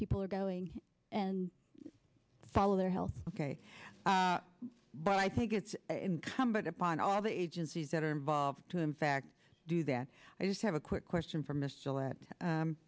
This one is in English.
people are going and follow their health ok but i think it's incumbent upon all the agencies that are involved to in fact do that i just have a quick question for